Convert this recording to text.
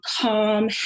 calm